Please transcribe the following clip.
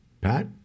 Pat